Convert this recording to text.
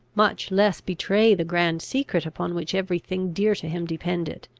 much less betray the grand secret upon which every thing dear to him depended.